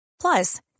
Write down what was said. Plus